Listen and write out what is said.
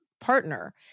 partner